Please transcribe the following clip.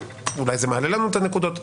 אולי זה מעלה לנו את הנקודות.